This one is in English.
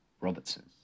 Robertson